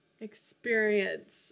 Experience